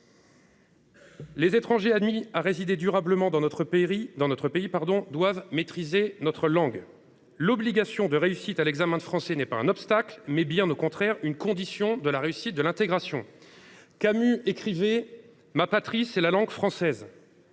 Les étrangers admis à résider durablement dans notre pays doivent maîtriser notre langue. L’obligation de réussite à l’examen de français est non pas un obstacle, mais, bien au contraire, une condition de la réussite de l’intégration. « Ma patrie, c’est la langue française »,